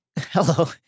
Hello